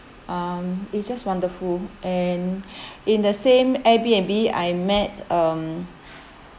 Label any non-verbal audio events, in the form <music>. um it's just wonderful and <breath> in the same Airbnb I met um <breath>